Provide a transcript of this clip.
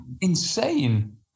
Insane